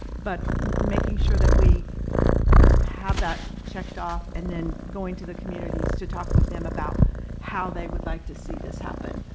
but making sure that we have that checked off and then going to the communities to talk with them about how they would like to see this happen.